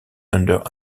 under